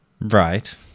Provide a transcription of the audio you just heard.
Right